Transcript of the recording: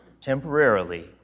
temporarily